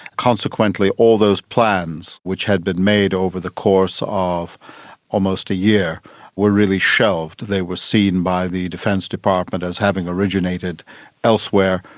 consequently all those plans which had been made over the course of almost a year were really shelved. they were seen by the defence department as having originated elsewhere.